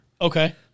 Okay